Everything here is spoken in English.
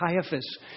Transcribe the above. Caiaphas